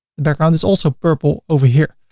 the background is also purple over here.